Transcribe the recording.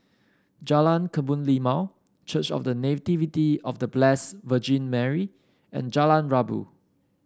Jalan Kebun Limau Church of The Nativity of The Blessed Virgin Mary and Jalan Rabu